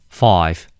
five